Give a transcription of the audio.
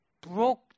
broke